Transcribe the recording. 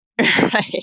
Right